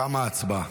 תמה ההצבעה.